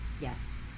Yes